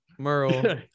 Merle